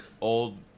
Old